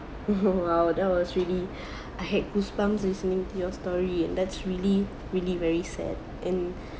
!wow! that was really I had goosebumps listening to your story and that's really really very sad and